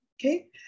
okay